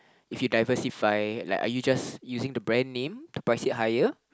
if you diversify like are you just using the brand name to price it higher